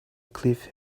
cliff